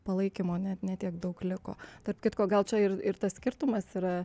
palaikymo net ne tiek daug liko tarp kitko gal čia ir ir tas skirtumas yra